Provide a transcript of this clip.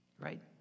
right